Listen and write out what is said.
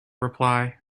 reply